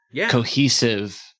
cohesive